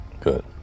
good